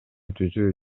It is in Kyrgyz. түзүү